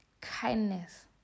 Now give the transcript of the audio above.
Kindness